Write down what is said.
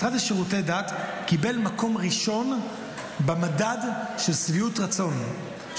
המשרד לשירותי דת קיבל מקום ראשון במדד של שביעות רצון,